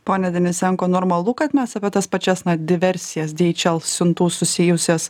pone denisenko normalu kad mes apie tas pačias diversijas dieičel siuntų susijusias